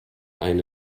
eine